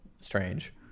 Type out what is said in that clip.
strange